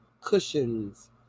cushions